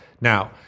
Now